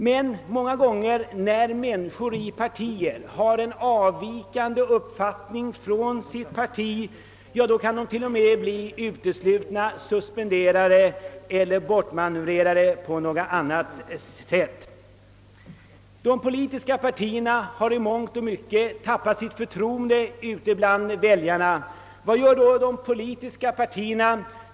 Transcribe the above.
Men när några inom ett parti har en uppfattning som avviker från partiets, så kan de bli uteslutna, suspenderade eller bortmanövrerade på annat sätt. De politiska partierna har i mångt och mycket förlorat förtroendet ute hos väljarna. Vad gör då de politiska partierna?